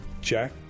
Jack